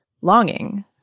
longing